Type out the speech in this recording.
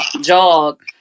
jog